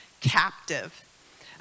captive